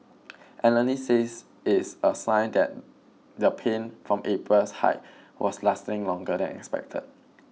analysts says it is a sign that the pain from April's hike was lasting longer than expected